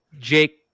Jake